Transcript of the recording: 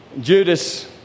Judas